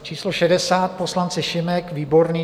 Číslo 60 poslanci Šimek, Výborný.